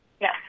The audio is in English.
Yes